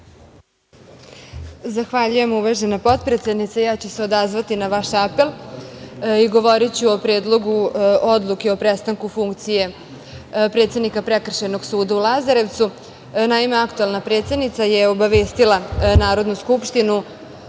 Zahvaljujem, uvažena potpredsednice. Ja ću se odazvati na vaš apel i govoriću o Predlogu odluke o prestanku funkcije predsednika Prekršajnog suda u Lazarevcu. Naime, aktuelna predsednica je obavestila Narodnu skupštinu